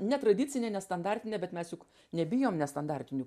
netradicinė nestandartinė bet mes juk nebijom nestandartinių